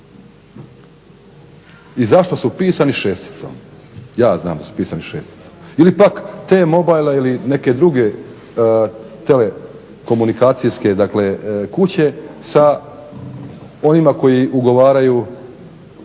I zašto su pisani šesticom? Ja znam da su pisani šesticom. Ili pak T-Mobile-a ili neke druge telekomunikacijske kuće sa onima koji ugovaraju